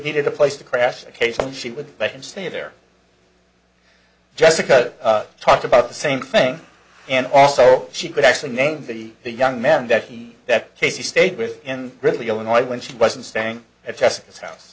needed a place to crash occasionally she would let him stay there jessica talked about the same thing and also she could actually name the the young man that he that casey stayed with and really illinois when she wasn't staying at jessica's house